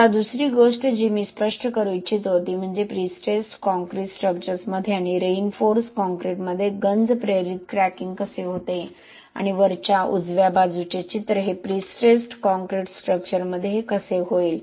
आता दुसरी गोष्ट जी मी स्पष्ट करू इच्छितो ती म्हणजे प्रीस्ट्रेस्ड कॉंक्रिट स्ट्रक्चर्समध्ये आणि रिइन्फोर्स कॉंक्रिटमध्ये गंज प्रेरित क्रॅकिंग कसे होते आणि वरच्या उजव्या बाजूचे चित्र हे प्रीस्ट्रेस्ड कॉंक्रिट स्ट्रक्चरमध्ये हे कसे होईल